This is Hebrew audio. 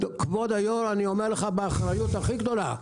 כבוד היו"ר, אני אומר לך באחריות הכי גדולה: